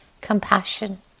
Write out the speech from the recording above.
Compassion